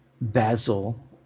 Basil